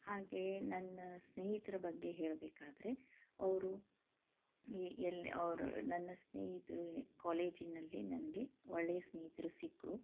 ಹಾಗೆಯೇ ನನ್ನ ಸ್ನೇಹಿತರ ಬಗ್ಗೆ ಹೇಳಬೇಕಾದ್ರೆ ಅವರು ಈ ಎಲ್ ಅವರು ನನ್ನ ಸ್ನೇಹಿತರು ಕಾಲೇಜಿನಲ್ಲಿ ನನಗೆ ಒಳ್ಳೆಯ ಸ್ನೇಹಿತರು ಸಿಕ್ಕರು